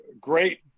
great